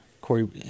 Corey